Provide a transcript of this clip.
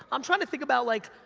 i'm trying to think about like,